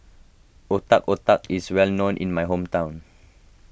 Otak Otak is well known in my hometown